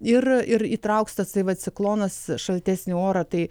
ir ir įtrauks tasai va ciklonas šaltesnį orą tai